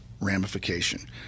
ramification